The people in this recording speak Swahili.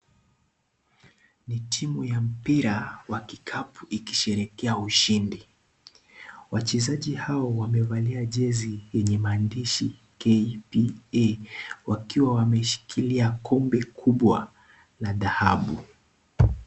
Ni timu ya mpira ya kikapu ikisherehekea ushindi, wachezaji hao wamevalia jezi yenye maandishi KPA wakiwa wameshikilia kombe kubwa la dhahabu.